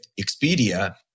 Expedia